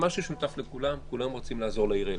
מה שמשותף לכולם זה שכולם רוצים לעזור לעיר אילת,